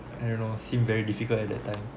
I don't know seem very difficult at that time